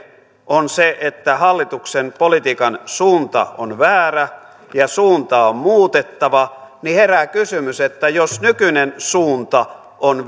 on se että hallituksen politiikan suunta on väärä ja suuntaa on muutettava niin herää kysymys että jos nykyinen suunta on